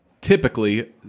typically